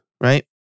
right